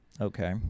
Okay